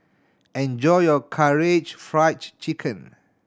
enjoy your Karaage Fried Chicken